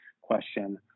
question